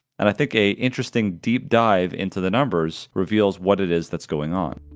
and i think a interesting deep dive into the numbers reveals what it is that's going on,